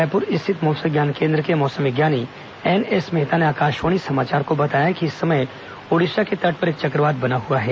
रायपुर स्थित मौसम विज्ञान केंद्र के मौसम विज्ञानी एनएस मेहता ने आकाशवाणी समाचार को बताया कि इस समय ओडिशा के तट पर एक चक्रवात बना हुआ है